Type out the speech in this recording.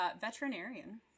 Veterinarian